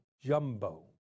jumbo